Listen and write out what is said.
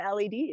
LEDs